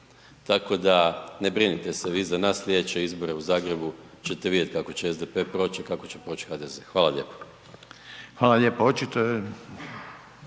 tako da ne brinite se vi za nas, slijedeće izbore u Zagrebu ćete vidjeti kako će SDP proć a kako će proć HDZ. Hvala lijepo. **Reiner,